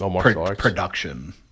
production